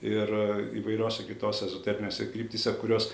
ir įvairiose kitose ezoterinėse kryptyse kurios